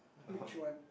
which one